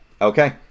Okay